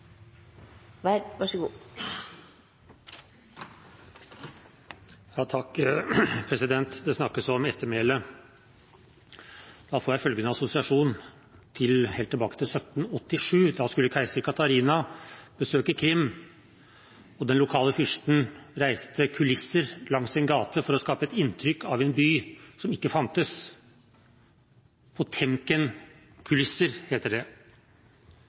Det snakkes om ettermæle. Da får jeg følgende assosiasjon, til noe som går helt tilbake til 1787: Da skulle keiserinne Katarina besøke Krim, og den lokale fyrsten reiste kulisser langs en gate for å skape et inntrykk av en by som ikke fantes. Potemkinkulisser heter det.